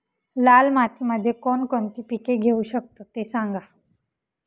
लाल मातीमध्ये कोणकोणती पिके घेऊ शकतो, ते सांगा